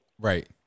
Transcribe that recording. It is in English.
right